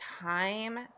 time